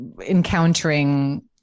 encountering